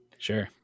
Sure